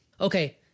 Okay